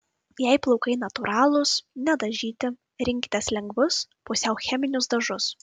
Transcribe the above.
jei plaukai natūralūs nedažyti rinkitės lengvus pusiau cheminius dažus